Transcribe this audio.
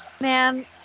man